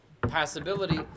possibility